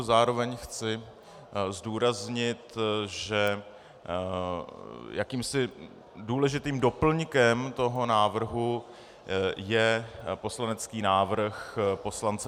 Zároveň chci zdůraznit, že jakýmsi důležitým doplňkem toho návrhu je poslanecký návrh poslance